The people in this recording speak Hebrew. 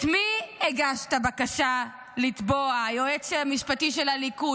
את מי הגשת בקשה לתבוע, היועץ המשפטי של הליכוד?